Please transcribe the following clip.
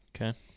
Okay